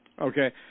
Okay